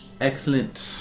Excellent